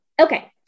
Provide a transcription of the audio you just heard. Okay